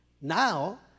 Now